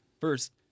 First